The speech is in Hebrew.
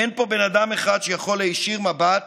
אין פה בן אדם אחד שיכול להישיר מבט